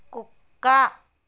కుక్క